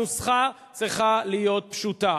הנוסחה צריכה להיות פשוטה: